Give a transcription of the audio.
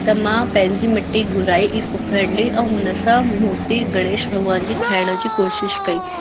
त मां पंहिंजी मिटी घुराई ईको फ्रैंड्ली ऐं हुन सां मूर्ति गणेश भॻिवान जी ठाहिण जी कोशिश कई